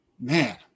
Man